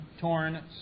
torn